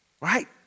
Right